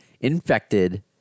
Infected